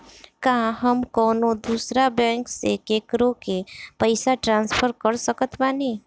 का हम कउनों दूसर बैंक से केकरों के पइसा ट्रांसफर कर सकत बानी?